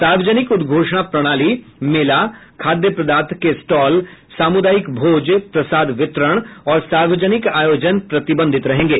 सार्वजनिक उद्घोषणा प्रणाली मेला खाद्य पदार्थ के स्टॉल सामुदायिक भोज प्रसाद वितरण और सार्वजनिक आयोजन प्रतिबंधित रहेंगे